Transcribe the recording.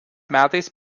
metais